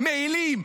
מעילים,